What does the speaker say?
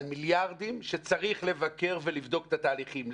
על מיליארדים שצריך לבקר ולבדוק את התהליכים.